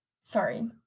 Sorry